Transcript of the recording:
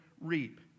reap